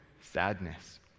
sadness